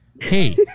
Hey